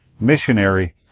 missionary